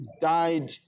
died